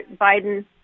Biden